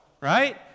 right